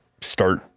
start